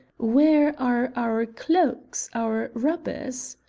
where are our cloaks our rubbers?